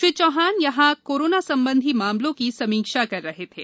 श्री चौहान यहां कोरोना संबंधी मामलों की समीक्षा कर रहे थे